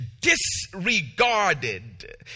disregarded